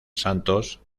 santos